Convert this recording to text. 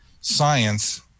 Science